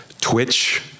twitch